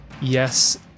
yes